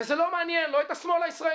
וזה לא מעניין, לא את השמאל הישראלי,